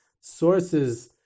sources